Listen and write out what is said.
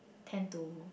tend to